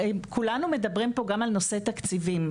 כולנו מדברים פה גם על נושא את התקציבים.